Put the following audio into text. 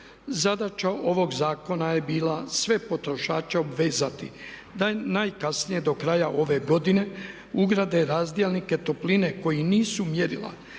Zadaća ovog zakona je bila sve potrošače obvezati da najkasnije do kraja ove godine ugrade razdjelnike topline koji nisu mjerila,